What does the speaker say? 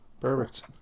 Perfect